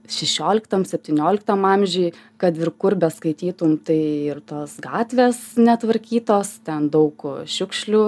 šešioliktam septynioliktam amžiuj kad ir kur beskaitytum tai ir tos gatvės netvarkytos ten daug šiukšlių